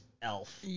Elf